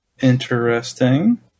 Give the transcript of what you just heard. Interesting